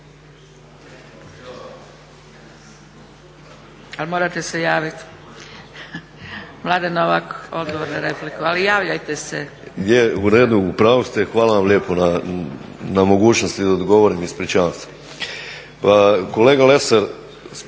(SDP)** Hvala. Mladen Novak odgovor na repliku. Ali javljajte se.